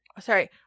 Sorry